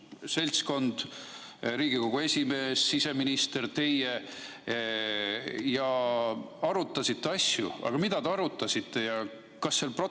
seltskond: Riigikogu esimees, siseminister, teie. Te arutasite asju. Mida te arutasite ja kas sellest protokoll